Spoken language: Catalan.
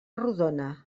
rodona